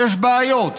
יש בעיות,